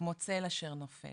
כמו צל אשר נופל.